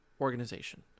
organization